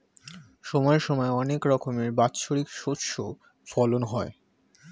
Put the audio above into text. সময় সময় অনেক রকমের বাৎসরিক শস্য ফলন হয়